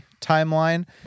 timeline